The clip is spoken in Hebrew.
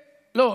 לא,